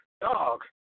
dog